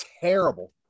terrible